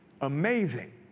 Amazing